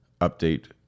update